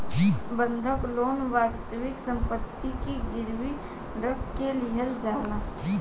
बंधक लोन वास्तविक सम्पति के गिरवी रख के लिहल जाला